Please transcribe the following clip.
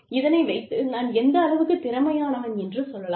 இதனை வைத்து நான் எந்த அளவுக்குத் திறமையானவன் என்று சொல்லலாம்